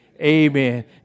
Amen